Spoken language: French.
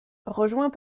rejoint